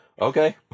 Okay